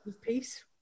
peace